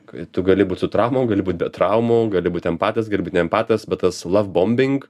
k tu gali būt su traumom gali būt be traumų gali būt empatas gali būt ne empatas bet tas love bombing